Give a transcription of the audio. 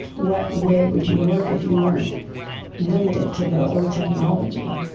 what way would you work if you weren't limited to the old technology?